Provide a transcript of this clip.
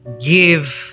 give